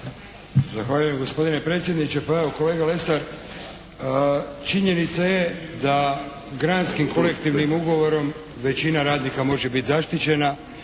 Zahvaljujem gospodine predsjedniče. Pa evo kolega Lesar, činjenica je da "Granskim kolektivnim ugovorom" većina radnika može biti zaštićena